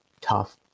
tough